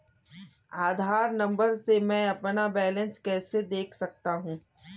आधार number से मैं अपना बैलेंस कैसे देख सकता हूँ?